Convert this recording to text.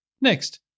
Next